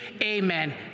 Amen